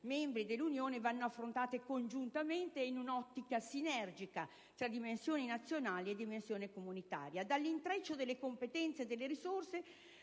Paesi dell'Unione europea vanno affrontate congiuntamente e in un'ottica sinergica tra dimensioni nazionali e dimensione comunitaria. Dall'intreccio delle competenze e delle risorse